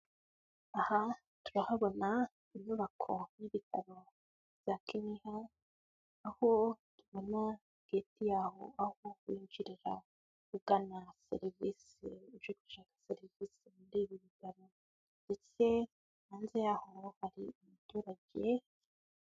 Aha turahabona inyubako y'ibitaro bya Kigina, aho tubona geti yaho, aho winjirira ugana serivisi, uje gushaka serivisi muri ibi bitaro, ndetse hanze yaho hari abaturage...